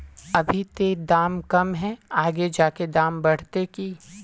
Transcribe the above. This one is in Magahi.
अभी ते दाम कम है आगे जाके दाम बढ़ते की?